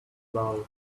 loud